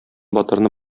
батырны